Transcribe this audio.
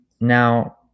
Now